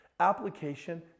Application